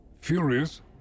Furious